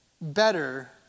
better